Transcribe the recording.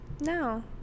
No